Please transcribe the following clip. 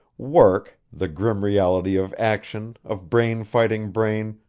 work the grim reality of action, of brain fighting brain,